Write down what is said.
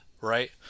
right